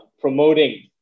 promoting